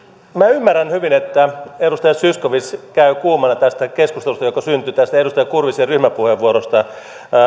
ymmärrän hyvin että edustaja zyskowicz käy kuumana tästä keskustelusta joka syntyi edustaja kurvisen ryhmäpuheenvuorosta